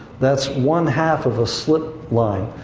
that's one half of a slip line.